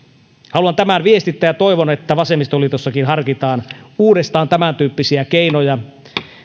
haluan tämän viestittää ja toivon että vasemmistoliitossakin harkitaan uudestaan tämäntyyppisiä keinoja